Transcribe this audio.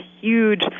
huge